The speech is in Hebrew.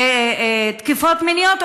תקיפות מיניות,